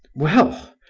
well!